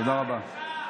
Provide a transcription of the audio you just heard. תודה רבה.